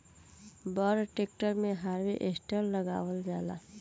बड़ ट्रेक्टर मे हार्वेस्टर लगावल जाला